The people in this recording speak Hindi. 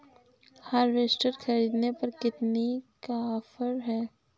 हार्वेस्टर ख़रीदने पर कितनी का ऑफर है?